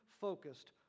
focused